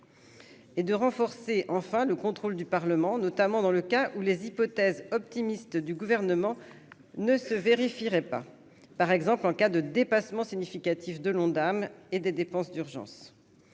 et de renforcer enfin le contrôle du Parlement, notamment dans le cas où les hypothèses optimistes du gouvernement ne se vérifierait pas par exemple en cas de dépassement significatif de l'Ondam et des dépenses d'urgence,